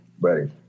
Ready